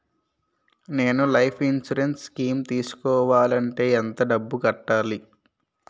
నేను life insurance scheme తీసుకోవాలంటే ఎంత డబ్బు కట్టాలి?